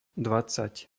dvadsať